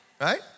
right